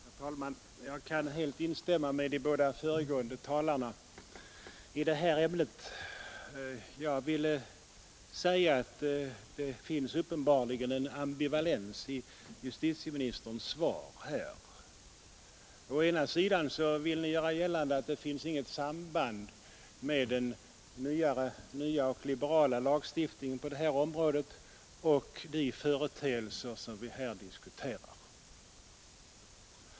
Herr talman! Jag kan helt instämma med de båda föregående talarna i det här ämnet. Det finns uppenbarligen en ambivalens i justitieministerns svar. Å ena sidan vill Ni göra gällande att det inte är något samband mellan den nya, liberala lagstiftningen på detta område och de företeelser som vi här diskuterar.